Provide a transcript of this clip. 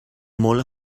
molt